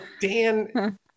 Dan